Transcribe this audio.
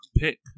pick